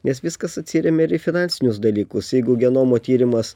nes viskas atsiremia ir į finansinius dalykus jeigu genomo tyrimas